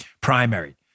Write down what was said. primary